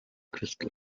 crystal